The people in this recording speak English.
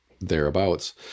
thereabouts